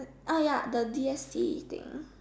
uh ya the D S T thing